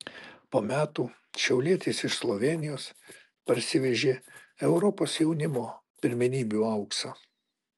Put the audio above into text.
po metų šiaulietis iš slovėnijos parsivežė europos jaunimo pirmenybių auksą